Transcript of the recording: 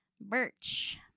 Birch